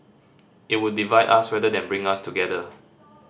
it would divide us rather than bring us together